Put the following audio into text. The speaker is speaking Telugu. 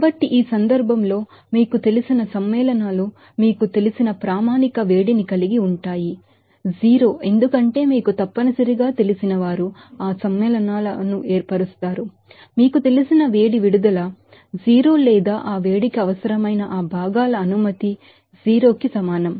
కాబట్టి ఈ సందర్భంలో మీకు తెలిసిన కంపౌండ్స్ స్టాండర్డ్ హీట్ ని కలిగి ఉంటాయి 0 ఎందుకంటే మీకు తప్పనిసరిగా తెలిసిన వారు ఆ కంపౌండ్స్ ను ఏర్పరుస్తారు మీకు తెలిసిన వేడి విడుదల 0 లేదా ఆ వేడికి అవసరమైన ఆ భాగాల అనుమతి 0కి సమానం